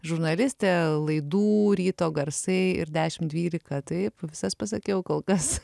žurnalistė laidų ryto garsai ir dešim dvylika taip visas pasakiau kol kas